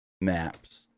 Maps